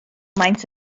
maent